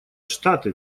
штаты